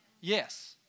Yes